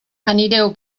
anireu